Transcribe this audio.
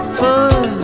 fun